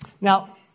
now